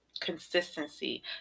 consistency